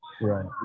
right